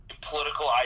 political